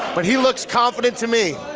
but he looks confident to me.